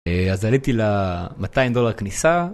אז עליתי לה מאתיים דולר כניסה.